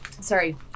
Sorry